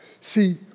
See